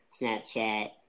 Snapchat